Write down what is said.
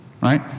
right